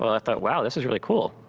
i thought, wow, this is really cool!